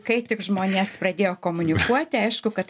kai tik žmonės pradėjo komunikuoti aišku kad